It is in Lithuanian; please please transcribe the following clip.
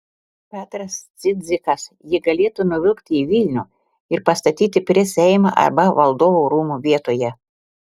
petras cidzikas jį galėtų nuvilkti į vilnių ir pastatyti prie seimo arba valdovų rūmų vietoje